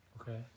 Okay